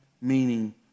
meaning